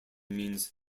means